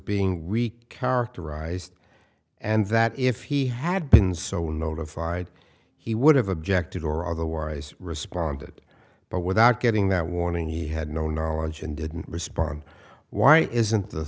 weak characterized and that if he had been so notified he would have objected or otherwise responded but without getting that warning he had no knowledge and didn't respond why isn't the